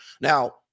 Now